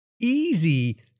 easy